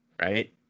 right